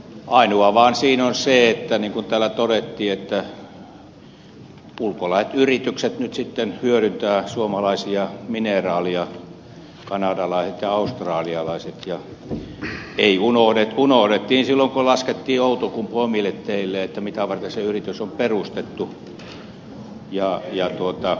ainoa vaan siinä on se niin kuin täällä todettiin että ulkolaiset yritykset nyt sitten hyödyntävät suomalaisia mineraaleja kanadalaiset ja australialaiset ja unohdettiin silloin kun laskettiin outokumpu omille teilleen mitä varten se yritys on perustettu